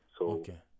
Okay